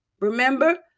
remember